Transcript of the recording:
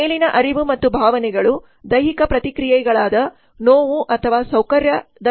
ಮೇಲಿನ ಅರಿವು ಮತ್ತು ಭಾವನೆಗಳು ದೈಹಿಕ ಪ್ರತಿಕ್ರಿಯೆಗಳಾದ ನೋವು ಅಥವಾ ಸೌಕರ್ಯದಂತಹಕ್ಕೆ ಕಾರಣವಾಗುತ್ತವೆ